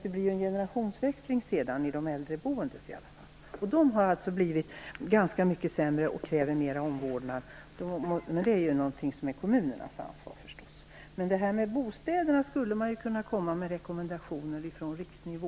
Det blir en generationsväxling - i alla fall där det bor äldre. De har blivit ganska mycket sämre och kräver mera omvårdnad. Det är kommunernas ansvar, förstås. Men vad gäller bostäderna skulle man kunna komma med rekommendationer från riksnivå.